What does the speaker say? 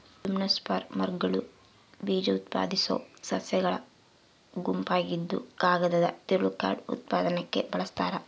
ಜಿಮ್ನೋಸ್ಪರ್ಮ್ಗಳು ಬೀಜಉತ್ಪಾದಿಸೋ ಸಸ್ಯಗಳ ಗುಂಪಾಗಿದ್ದುಕಾಗದದ ತಿರುಳು ಕಾರ್ಡ್ ಉತ್ಪನ್ನಕ್ಕೆ ಬಳಸ್ತಾರ